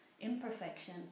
imperfection